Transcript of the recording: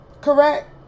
correct